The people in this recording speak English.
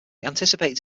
anticipated